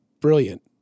brilliant